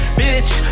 bitch